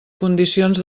condicions